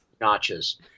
notches